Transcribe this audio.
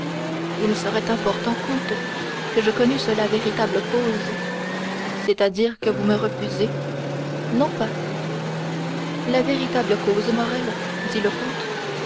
il serait important comte que je connusse la véritable cause c'est-à-dire que vous me refusez non pas la véritable cause morrel dit le comte